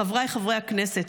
חבריי חברי הכנסת,